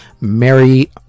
Mary